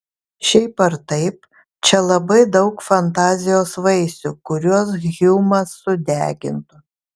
šiaip ar taip čia labai daug fantazijos vaisių kuriuos hjumas sudegintų